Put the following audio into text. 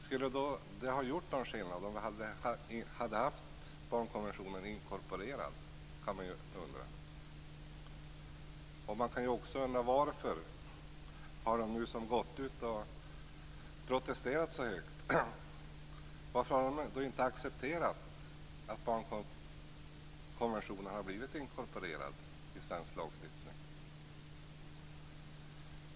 Skulle det då ha gjort någon skillnad om vi hade haft barnkonventionen inkorporerad, kan man undra. Man kan också undra varför de som nu har protesterat så högt inte har accepterat att barnkonventionen inkorporeras i svensk lagstiftning.